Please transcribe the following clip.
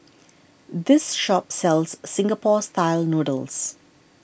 this shop sells Singapore Style Noodles